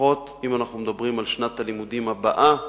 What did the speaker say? לפחות אם אנחנו מדברים על שנת הלימודים הבאה,